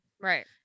Right